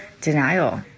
denial